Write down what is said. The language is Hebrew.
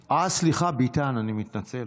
אה, סליחה, ביטן, אני מתנצל.